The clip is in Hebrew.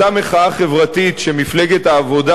אותה מחאה חברתית שמפלגת העבודה,